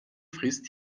frisst